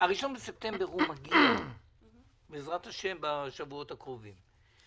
ה-1 בספטמבר מגיע בעזרת השם בשבועות הקרובים.